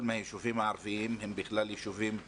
מהיישובים הערביים הם בכלל יישובים אדומים.